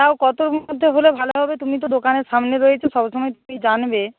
তাও কতর মধ্যে হলে ভালো হবে তুমি তো দোকানের সামনে রয়েছ সবসময় তুমি জানবে